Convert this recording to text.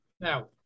Now